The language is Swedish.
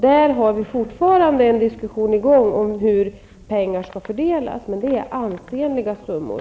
Där har vi fortfarande en diskussion i gång om hur pengar skall fördelas. Det gäller ansenliga summor.